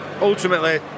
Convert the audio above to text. ultimately